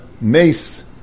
mace